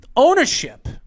Ownership